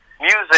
music